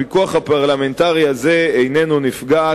הפיקוח הפרלמנטרי הזה איננו נפגע,